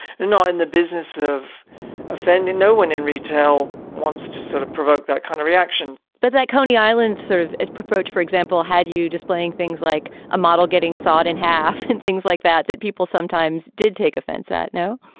know, in the business of offending, no one in retail wants to sort of provoke that kind of reaction but they coney island sort of approach, for example, had you displaying things like a model getting side in half and things like that that people sometimes did take offense at now